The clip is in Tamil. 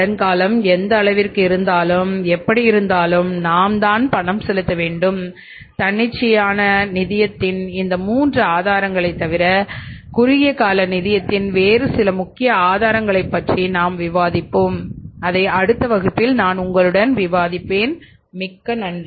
கடன் காலம் எந்த அளவிற்கு இருந்தாலும் எப்படி இருந்தாலும் நாம் தான் பணம் செலுத்த வேண்டும் தன்னிச்சையான நிதியத்தின் இந்த 3 முக்கிய ஆதாரங்களைத் தவிர குறுகிய கால நிதியத்தின் வேறு சில முக்கிய ஆதாரங்களைப் பற்றி நாம் விவாதிப்போம் அதை அடுத்த வகுப்பில் நான் உங்களுடன் விவாதிப்பேன் மிக்க நன்றி